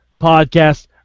Podcast